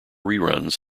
reruns